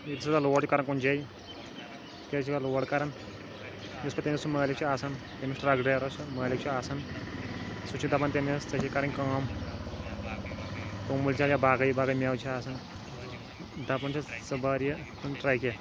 load کَران کُنۍ جایہِ لوڈ کَران یُس پتہٕ تٔمِس سُہ مٲلِک چھُ آسان أمِس ٹرٛک ڈرٛایورَسَن مٲلِک چھُ آسان سُہ چھُ دَپان تٔمِس ژےٚ چھے کرٕنۍ کٲم یا باقٕے باقٕے مٮ۪وٕ چھِ آسان دَپان چھِس ژٕ بَر یہِ کُنۍ ٹرٛکہِ